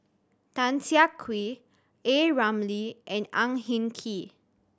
Tan Siah Kwee A Ramli and Ang Hin Kee